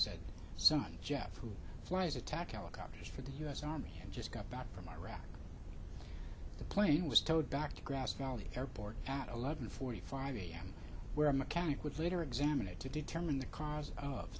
said son jeff who flies attack helicopters for the u s army and just got back from iraq the plane was towed back to grass valley airport at eleven forty five a m where a mechanic would later examine it to determine the cause of